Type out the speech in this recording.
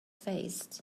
faced